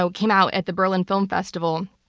so came out at the berlin film festival,